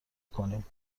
کنیم